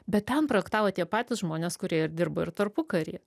bet ten projektavo tie patys žmonės kurie ir dirbo ir tarpukaryje